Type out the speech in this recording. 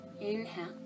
inhale